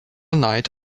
night